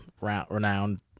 renowned